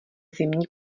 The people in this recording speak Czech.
zimní